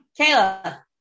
Kayla